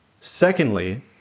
Secondly